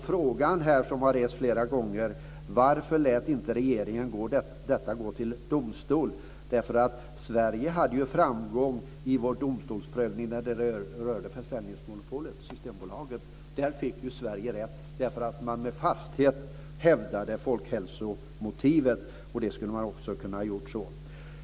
Frågan som har rests här flera gånger är: Varför lät inte regeringen detta gå till domstol? Sverige hade framgång i sin domstolsprövning när det gällde försäljningsmonopolet Systembolaget. Där fick Sverige rätt därför att man med fasthet hävdade folkhälsomotivet. Det skulle man också ha kunnat göra här. Fru talman!